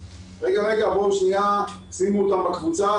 בואו שנייה שימו אותם בקבוצה,